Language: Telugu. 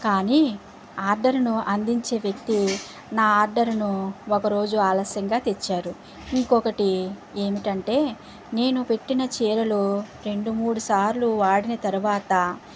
కానీ ఆర్డర్ను అందించే వ్యక్తి నా ఆర్డర్ను ఒకరోజు ఆలస్యంగా తెచ్చారు ఇంకొకటి ఏమిటంటే నేను పెట్టిన చీరలో రెండు మూడు సార్లు వాడిన తర్వాత